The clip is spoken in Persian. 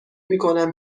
میکنم